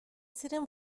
ziren